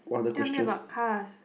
tell me about cars